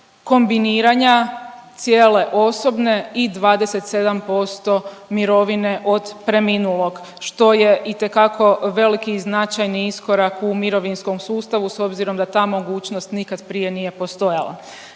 kombiniranja cijele osobne i 27% mirovine od preminulog što je itekako veliki i značajni iskorak u mirovinskom sustavu s obzirom da ta mogućnost nikad prije nije postojala.